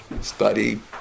study